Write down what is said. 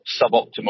suboptimal